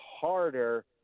harder